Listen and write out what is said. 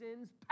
sin's